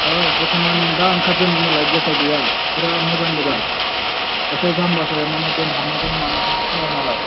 औ बर्थ'मान दा ओंखारदों नालाय गेसाव गैया फुरा मोजां गोजा एसे जामबासो माने दोनहाबनायजों मानायजों सेवो नालाय